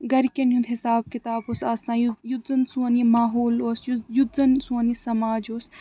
گَرِکٮ۪ن ہُنٛد حِساب کِتاب اوس آسان یُتھ یُتھ زن سون یہِ ماحول اوس یُتھ یُتھ زن سون یہِ سماج اوس